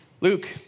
Luke